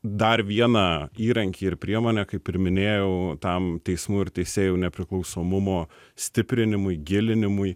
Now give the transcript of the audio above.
dar vieną įrankį ir priemonę kaip ir minėjau tam teismų ir teisėjų nepriklausomumo stiprinimui gilinimui